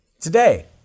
today